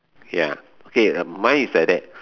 ya okay uh mine is like that